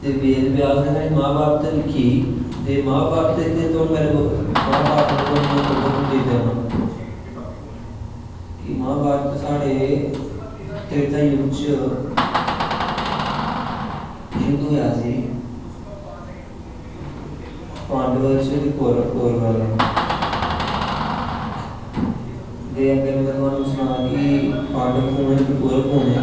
ते वेदव्यास नै साढ़ी महाभारत लिखी ते महाभारत दा में तुसेंगी इक ओवर ब्यू देई सकनां कि महाभारत साढ़े त्रेत्ता युग च युध्द होआ हा पांडवें दा कोरवें च ते अगर में तुहानू सनां कि पांडव कौन ते ते कौरव कौन हे